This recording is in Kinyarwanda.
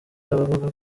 abavuga